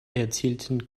erzielten